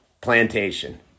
plantation